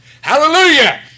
Hallelujah